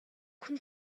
cun